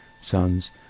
sons